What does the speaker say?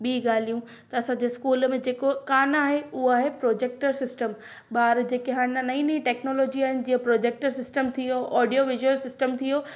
ॿी ॻाल्हियूं त सॼे स्कूल में जेको कान आहे उहो आहे प्रोजेक्टर सिस्टम ॿार जेके हाणे न नईं नईं टेक्नोलॉजी आहिनि जीअं प्रोजेक्टर सिस्टम थी वियो ऑडियो विजुअल सिस्टम थी वियो